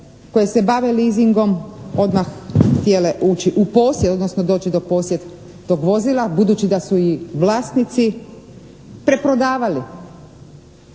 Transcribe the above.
koje se bave leasingom odmah htjele ući u posjed, odnosno doći u posjed tog vozila, budući da su ih vlasnici preprodavali.